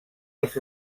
els